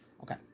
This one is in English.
Okay